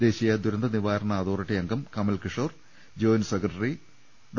ദേശീയ ദുരന്ത നിവാരണ അതോറിറ്റി അംഗം കമൽ കിഷോർ ജോയിന്റ് സെക്രട്ടറി ഡോ